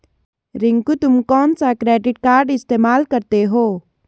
रिंकू तुम कौन सा क्रेडिट कार्ड इस्तमाल करते हो?